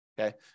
okay